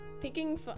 Picking